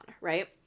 right